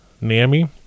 NAMI